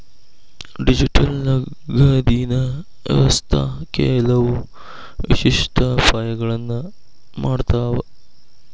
digital ನಗದಿನ್ ವ್ಯವಸ್ಥಾ ಕೆಲವು ವಿಶಿಷ್ಟ ಅಪಾಯಗಳನ್ನ ಮಾಡತಾವ